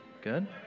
Good